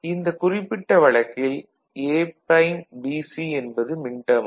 இந்தக் குறிப்பிட்ட வழக்கில் A'BC என்பது மின்டேர்ம் ஆகும்